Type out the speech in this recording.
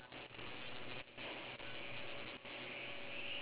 K uh how you want to control the people